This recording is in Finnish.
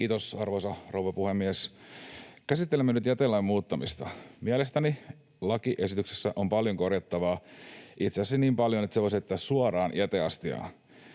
Kiitos, arvoisa rouva puhemies! Käsittelemme nyt jätelain muuttamista. Mielestäni lakiesityksessä on paljon korjattavaa, itse asiassa niin paljon, että sen voisi heittää suoraan jäteastiaan.